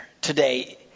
today